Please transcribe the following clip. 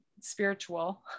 spiritual